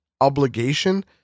obligation